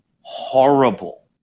horrible